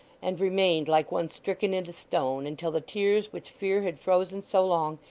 and remained like one stricken into stone, until the tears which fear had frozen so long,